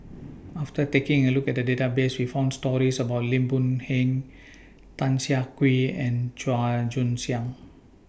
after taking A Look At The Database We found stories about Lim Boon Heng Tan Siah Kwee and Chua Joon Siang